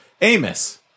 Amos